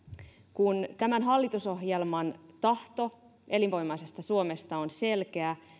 kun tämän hallitusohjelman tahto elinvoimaisesta suomesta on selkeä